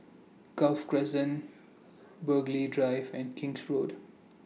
Golf Crescent Burghley Drive and King's Road